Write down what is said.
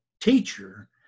teacher